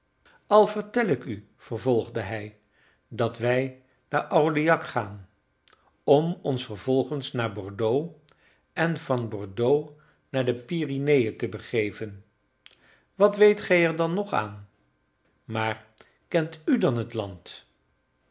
al vertel ik u vervolgde hij dat wij naar aurillac gaan om ons vervolgens naar bordeaux en van bordeaux naar de pyreneën te begeven wat weet gij er dan nog aan maar kent u dan het land